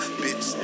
bitch